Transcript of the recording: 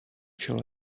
shall